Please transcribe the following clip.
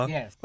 Yes